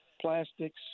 plastics